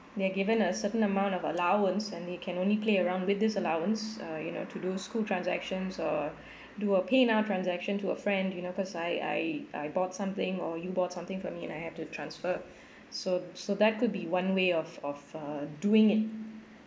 they're given a certain amount of allowance and they can only play around with this allowance uh you know to do school transactions or do a paynow transaction to a friend you know cause I I I bought something or you bought something for me and I have to transfer so so that could be one way of of uh doing it